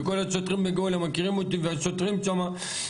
וכל השוטרים בגאולה מכירים אותי והשוטרים שם,